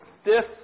stiff